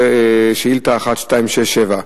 שאילתא 1267,